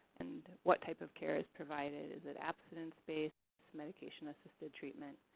and what type of care is provided? is it abstinence based medication-assisted treatment?